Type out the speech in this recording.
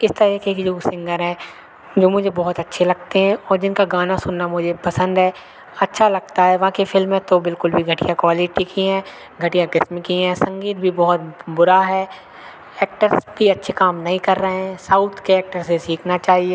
इस तरीक़े के जो भी सिंगर हैं जो मुझे बहुत अच्छे लगते हैं और जिनका गाना सुनना मुझे पसंद है अच्छा लगता है बाक़ी फ़िल्में तो बिल्कुल भी घटिया क्वालिटी की हैं घटिया क़िस्म की हैं संगीत भी बहुत बुरा है ऐक्टर्स भी अच्छा काम नहीं कर रहे हैं साउथ के ऐक्टर से सीखना चाहिए